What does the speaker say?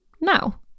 now